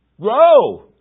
Grow